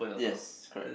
yes correct